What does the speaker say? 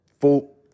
full